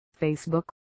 Facebook